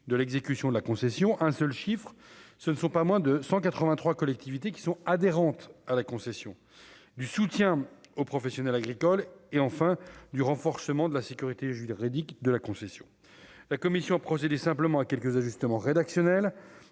de l'exécution de la concession, un seul chiffre, ce ne sont pas moins de 183 collectivités qui sont adhérentes à la concession du soutien aux professionnels agricoles et enfin du renforcement de la sécurité juridique de la concession, la commission procéder simplement à quelques ajustement rédactionnels